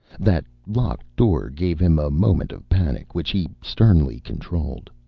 that locked door gave him a moment of panic which he sternly controlled.